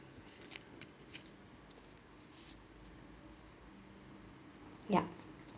ya